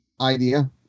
idea